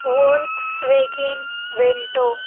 Volkswagen vento